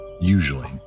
Usually